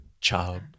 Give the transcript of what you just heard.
child